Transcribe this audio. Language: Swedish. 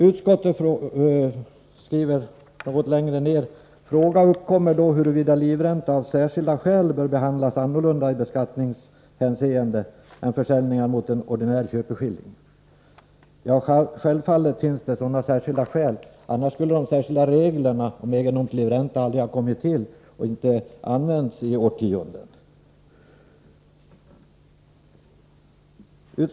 Utskottet skriver något längre ned: ”Fråga uppkommer då huruvida överlåtelser mot vederlag i en egendomslivränta av särskilda skäl bör behandlas annorlunda i beskattningshänseende än försäljningar mot en ordinär köpeskilling.” Självfallet finns det sådana särskilda skäl — annars skulle de särskilda reglerna om egendomslivränta aldrig ha kommit till och inte ha använts i årtionden.